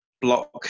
block